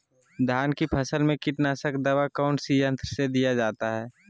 धान की फसल में कीटनाशक दवा कौन सी यंत्र से दिया जाता है?